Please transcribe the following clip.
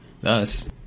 Thus